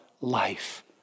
life